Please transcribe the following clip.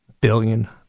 billion